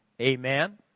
Amen